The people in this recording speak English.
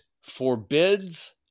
forbids